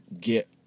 get